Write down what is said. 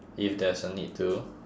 if there's a need to